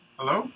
Hello